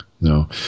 No